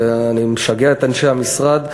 ואני משגע את אנשי המשרד,